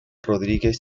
rodríguez